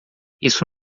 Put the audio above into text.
isso